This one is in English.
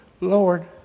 Lord